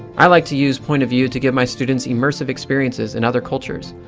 i like to use point of view to give my students immersive experiences in other cultures.